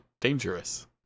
dangerous